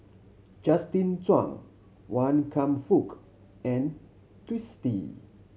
Justin Zhuang Wan Kam Fook and Twisstii